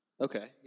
Okay